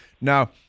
Now